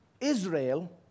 Israel